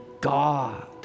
God